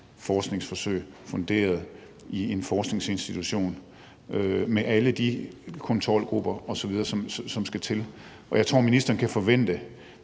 forskningsforsøg funderet i en forskningsinstitution med alle de kontrolgrupper osv., som skal til. Jeg tror, ministeren kan forvente,